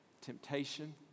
temptation